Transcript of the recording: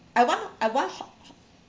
I want I want hot hot